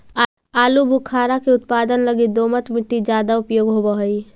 आलूबुखारा के उत्पादन लगी दोमट मट्टी ज्यादा उपयोग होवऽ हई